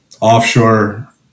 offshore